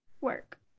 work